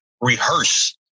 rehearse